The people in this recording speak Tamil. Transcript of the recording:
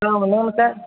சார் உங்கள் நேமு சார்